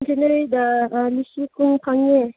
ꯁꯦꯂꯔꯤꯗ ꯂꯤꯁꯤꯡ ꯀꯨꯟ ꯐꯪꯉꯦ